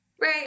Right